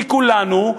מכולנו,